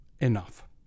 enough